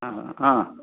हा हा